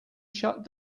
shut